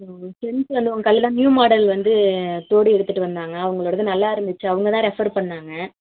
ஒ ஃப்ரெண்ட்ஸ் வந்து உங்கள் கடையில் தான் நியூ மாடல் வந்து தோடு எடுத்துகிட்டு வந்தாங்க உங்களோடது நல்லா இருந்துச்சு அவங்க தான் ரெஃபர் பண்ணாங்க